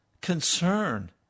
concern